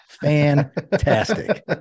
Fantastic